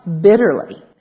bitterly